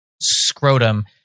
scrotum